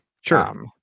Sure